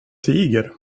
tiger